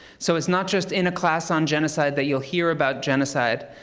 so it's not just in a class on genocide that you'll hear about genocide,